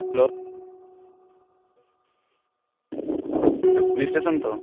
hello এটা police station তো